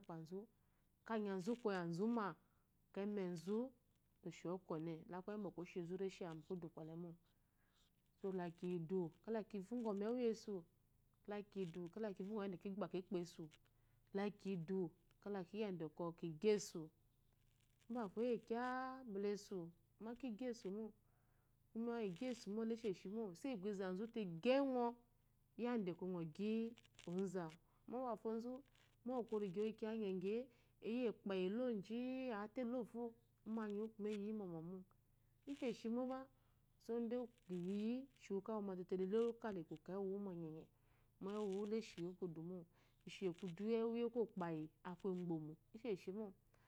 Gbayi kpezu ka nyezu koyezuma a emmazu lo showine laku emme bwɔ shizu reshi yame mu kudu gɔle mo so la kiyi idu kalɔ ki vyugɔ mewu yesu lakiyi idu kala ki vyugɔ yadete kigbe yi kikpa esu lakiyi idu kalakiyi yadete ki gyi esu mbafo oyekye mbalɔ esu amma ki gyi esu mo kuma igyesu mo ele isheshimo iso yiukkpo izazute gyi engo yadda te ngo gyi ozu awu mo babefo zu bwɔkwɔ oyi kiye gyegyi e eyi ekpeyi eloji ate elofo ummanyiwu kuma eyi mɔmɔmo isheimbo so de keyiyi shinu ka uwu tele lelo koko wuwuma enyonyre mo enguwu leshi kudu mo ishekudu yengu ye kokayi aku igbomo isheshimo